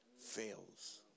fails